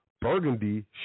Burgundy